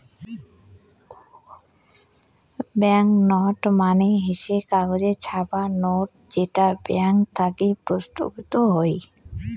bank note মানে হসে কাগজে ছাপা নোট যেটা ব্যাঙ্ক থাকি প্রস্তুতকৃত হই